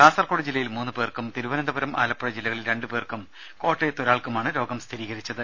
കാസർകോട് ജില്ലയിൽ മൂന്ന് പേർക്കും തിരുവനന്തപുരം ആലപ്പുഴ ജില്ലകളിൽ രണ്ടുപേർക്കും കോട്ടയത്ത് ഒരാൾക്കുമാണ് രോഗം സ്ഥിരീകരിച്ചത്